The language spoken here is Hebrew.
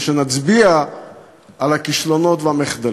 ושנצביע על הכישלונות והמחדלים.